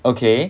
okay